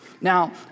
Now